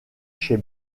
chez